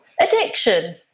addiction